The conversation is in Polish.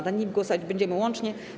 Nad nimi głosować będziemy łącznie.